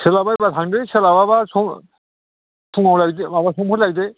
सोलाबबायबा थांदो सोलाबाबा फुङाव लायदो माबा संफोर लायदो